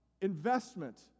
investment